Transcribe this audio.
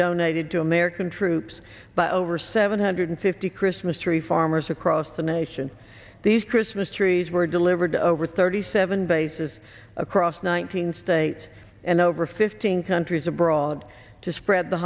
donated to american troops but over seven hundred fifty christmas tree farmers across the nation these christmas trees were delivered over thirty seven bases across nine hundred eight and over fifteen countries abroad to spread the